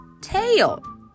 tail